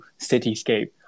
cityscape